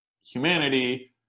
humanity